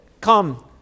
Come